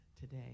today